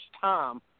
time